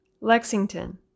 Lexington